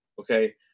Okay